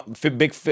big